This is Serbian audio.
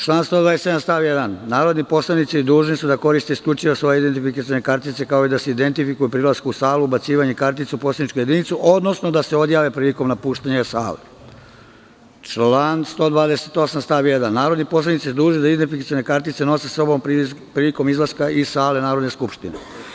Član 127. stav 1: "Narodni poslanici dužni su da koriste isključivo svoje identifikacione kartice kao i da se identifikuju pri ulasku u salu ubacivanjem kartice u poslaničku jedinicu, odnosno da se odjave prilikom napuštanja sale." Član 128. stav 1: "Narodni poslanici dužni su da identifikacione kartice nose sa sobom prilikom izlaska iz sale Narodne skupštine"